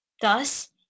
thus